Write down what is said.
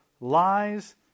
lies